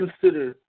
consider